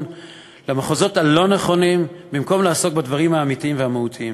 למחוזות הלא-נכונים במקום לעסוק בדברים האמיתיים והמהותיים.